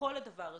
לכל הדבר הזה.